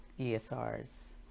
ESRs